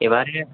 এবারে